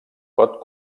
pot